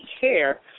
care